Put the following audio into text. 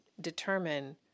determine